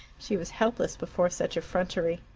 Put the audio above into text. she was helpless before such effrontery.